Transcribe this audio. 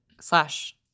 slash